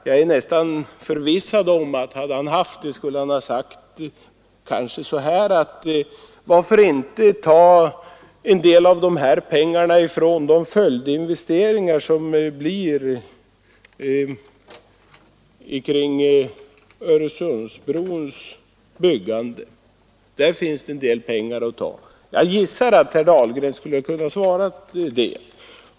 Jag är nästan förvissad om att han, om han hade haft det, skulle ha svarat: Varför inte ta en del av pengarna från anslagen till följdinvesteringar i samband med Öresundsbrons byggande! Där finns en del pengar att ta. — Jag gissar att herr Dahlgren skulle ha kunnat svara så.